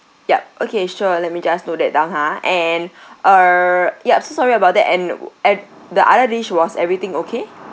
yup okay sure let me just note that down ha and uh yup so sorry about that and and the other dish was everything okay